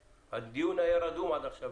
הדיון היה רדום עד עכשיו,